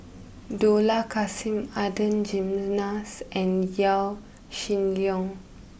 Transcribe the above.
Dollah Kassim Adan Jimenez and Yaw Shin Leong